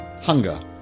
hunger